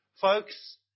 folks